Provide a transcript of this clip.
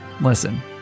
Listen